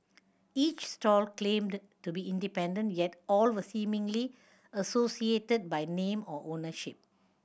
each stall claimed to be independent yet all were seemingly associated by name or ownership